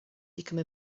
become